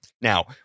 Now